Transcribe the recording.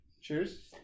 cheers